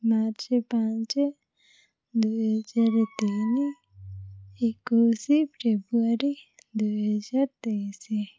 March ପାଞ୍ଚ ଦୁଇ ହାଜର ତିନି ଏକୋଇଶ ଫେବୃଆରୀ ଦୁଇ ହଜାର ତେଇଶ